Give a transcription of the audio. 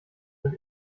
sind